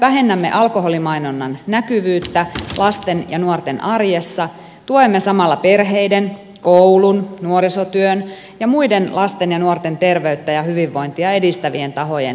kun vähennämme alkoholimainonnan näkyvyyttä lasten ja nuorten arjessa tuemme samalla perheiden koulun nuorisotyön ja muiden lasten ja nuorten terveyttä ja hyvinvointia edistävien tahojen terveysvalistusta